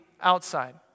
outside